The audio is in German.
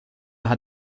hat